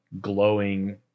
glowing